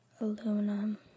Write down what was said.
Aluminum